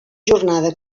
jornada